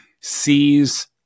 sees